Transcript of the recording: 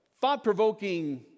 thought-provoking